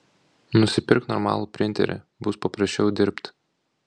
nusipirk normalų printerį bus paprasčiau dirbt